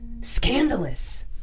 scandalous